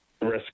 risk